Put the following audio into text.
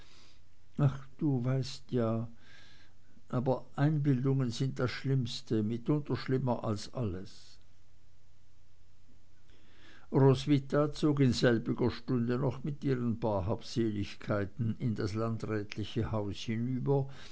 ach du weißt ja aber einbildungen sind das schlimmste mitunter schlimmer als alles roswitha zog in selbiger stunde noch mit ihren paar habseligkeiten in das landrätliche haus hinüber